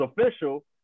official